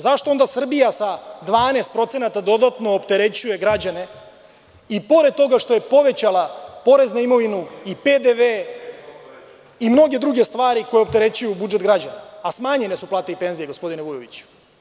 Zašto onda Srbija sa 12% dodatno opterećuje građane, i pored toga što je povećala porez na imovinu i PDV i mnoge druge stvari koje opterećuju budžet građana, a smanjene su plate i penzije, gospodine Vujoviću?